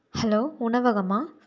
hello உணவகமா